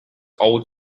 old